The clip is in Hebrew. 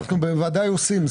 אנחנו בוודאי עושים,